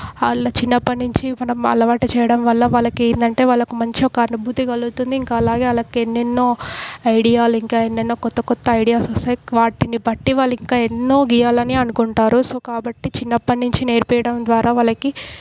వాళ్ళ చిన్నప్పటి నుంచి మనం అలవాటు చేయడం వల్ల వాళ్ళకి ఏంటంటే వాళ్ళకి ఒక మంచిగా అనుభూతి కలుగుతుంది ఇంకా అలాగే వాళ్ళకి ఎన్నెన్నో ఐడియాలు ఇంకా ఎన్నెన్నో క్రొత్త క్రొత్త ఐడియాస్ వస్తాయి వాటిని బట్టి వాళ్ళు ఇంకా ఎన్నో గీయాలని అనుకుంటారు సో కాబట్టి చిన్నప్పటి నుంచి నేర్పించడం ద్వారా వాళ్ళకి